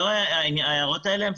ההערות האלה,